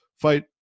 fight